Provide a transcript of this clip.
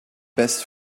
best